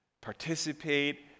participate